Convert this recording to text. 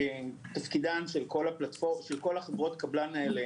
תפקידן של כל חברות הקבלן האלה